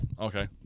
okay